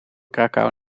krakau